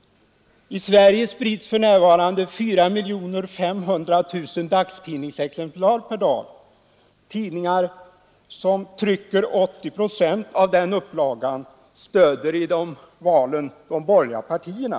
I Sverige sprids för närvarande 4 500 000 dagstidningsexemplar per dag. Tidningar som trycker 80 procent av den upplagan stöder i valen de borgerliga partierna.